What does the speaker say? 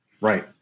Right